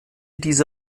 diese